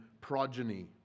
progeny